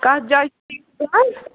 کَتھ جایہِ یہِ دُکان